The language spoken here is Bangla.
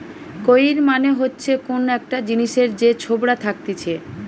কৈর মানে হচ্ছে কোন একটা জিনিসের যে ছোবড়া থাকতিছে